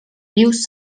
vius